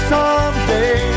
Someday